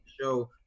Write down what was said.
show